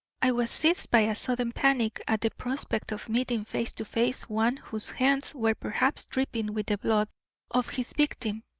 i was seized by a sudden panic at the prospect of meeting face to face one whose hands were perhaps dripping with the blood of his victim.